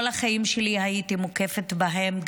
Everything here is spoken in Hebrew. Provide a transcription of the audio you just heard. כל החיים שלי הייתי מוקפת בהן,